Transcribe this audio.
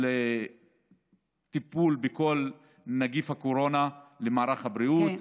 לטיפול בכל נגיף הקורונה במערך הבריאות,